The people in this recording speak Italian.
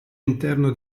interno